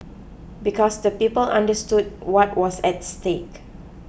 because the people understood what was at stake